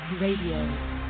Radio